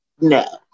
No